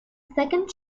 second